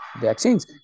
vaccines